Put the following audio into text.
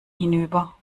hinüber